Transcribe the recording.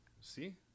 See